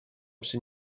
przy